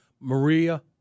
Maria